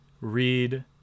read